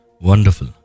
Wonderful